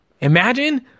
Imagine